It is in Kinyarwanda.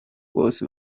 bose